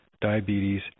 diabetes